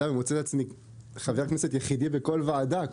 ומוצא את עצמי חבר כנסת יחידי בכל ועדה,